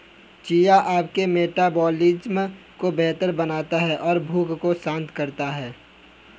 chia आपके metabolism को बेहतर बनाता है और भूख को शांत करता है